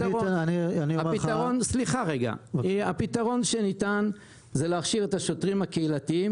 הפתרון שניתן זה להכשיר את השוטרים הקהילתיים